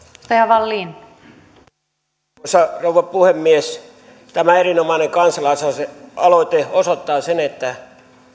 arvoisa rouva puhemies tämä erinomainen kansalaisaloite osoittaa sen että